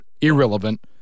irrelevant